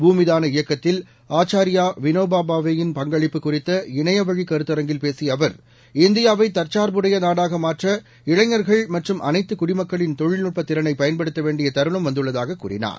பூமிதான இயக்கத்தில் ஆச்சாரியா வினோபா பாவே யின் பங்களிப்பு குறித்த இணையவழிக் கருத்தரங்கில் பேசிய அவர் இந்தியாவை தற்சார்பு உடைய நாடாக மாற்ற இளைஞர்கள் மற்றும் அனைத்து குடிமக்களின் தொழில்நுட்ப திறனை பயன்படுத்த வேண்டிய தருணம் வந்துள்ளதாக கூறினார்